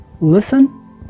listen